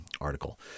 article